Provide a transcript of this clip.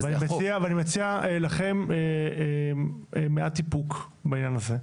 ואני מציע לכם מעט איפוק בעניין הזה.